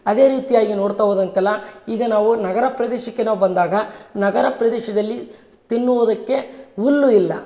ಅದೇ ರೀತಿಯಾಗಿ ನೋಡ್ತಾ ಹೋದಂತೆಲ್ಲ ಈಗ ನಾವು ನಗರ ಪ್ರದೇಶಕ್ಕೆ ನಾವು ಬಂದಾಗ ನಗರ ಪ್ರದೇಶದಲ್ಲಿ ತಿನ್ನುವುದಕ್ಕೆ ಹುಲ್ಲು ಇಲ್ಲ